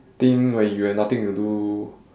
thing when you have nothing to do